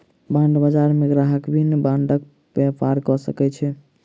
bond बजार मे ग्राहक विभिन्न बांडक व्यापार कय सकै छै